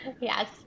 Yes